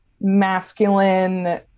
masculine